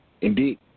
Indeed